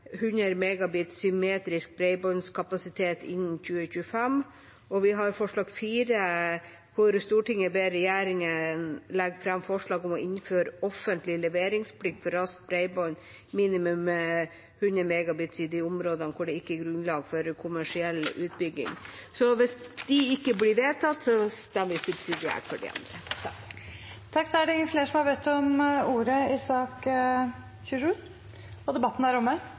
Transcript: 100 Mbit/s symmetrisk bredbåndskapasitet, innen 2025.» Og forslag nr. 4: «Stortinget ber regjeringen legge fram forslag om å innføre offentlig leveringsplikt for raskt bredbånd, minimum 100 Mbit/s i de områder hvor det ikke er grunnlag for kommersiell utbygging.» Hvis de ikke blir vedtatt, stemmer vi subsidiært for innstillingens I–V. Flere har ikke bedt om ordet til sak nr. 27. Da er dagens kart ferdigbehandlet. Ber noen om ordet før møtet heves? Møtet er